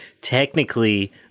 technically